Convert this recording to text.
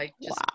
Wow